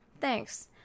thanks